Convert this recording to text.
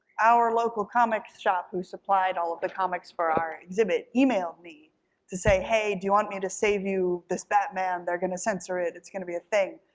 our local comics shop who supplied all of the comics for our exhibit emailed me to say, hey, do you want me to save you this batman. they're gonna censor it. it's gonna be a thing.